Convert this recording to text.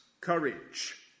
courage